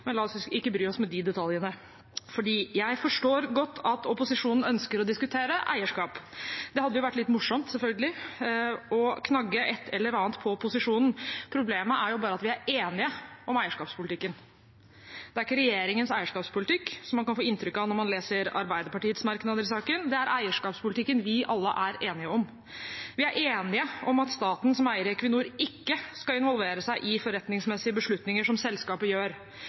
men la oss ikke bry oss med de detaljene. Jeg forstår godt at opposisjonen ønsker å diskutere eierskap. Det hadde vært litt morsomt, selvfølgelig, å «knagge» et eller annet på opposisjonen. Problemet er bare at vi er enige om eierskapspolitikken. Det er ikke regjeringens eierskapspolitikk, som man kan få inntrykk av når man leser Arbeiderpartiets merknader i saken, det er eierskapspolitikken vi alle er enige om. Vi er enige om at staten som eier i Equinor ikke skal involvere seg i forretningsmessige beslutninger som selskapet gjør.